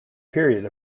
period